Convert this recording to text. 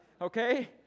okay